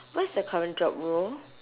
what's your current job role